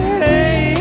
hey